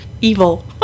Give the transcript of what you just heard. evil